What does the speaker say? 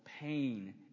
pain